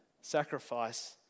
sacrifice